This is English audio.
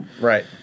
Right